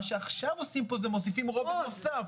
מה שעכשיו עושים פה זה להוסיף רובד נוסף